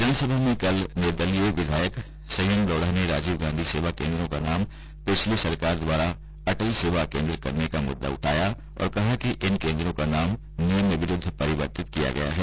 विधानसभा में कल निर्दलीय विधायक संयम लोढा ने राजीव गांधी सेवा केन्द्रों का नाम पिछली सरकार द्वारा अटल सेवा केन्द्र करने का मुददा उठाया और कहा कि इन केन्द्रों का नाम नियम विरूद्व परिवर्तित किया गया है